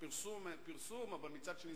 התעלמו.